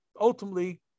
ultimately